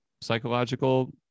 psychological